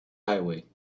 highway